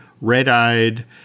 red-eyed